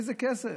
איזה כסף?